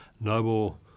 noble